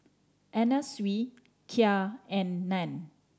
Anna Sui Kia and Nan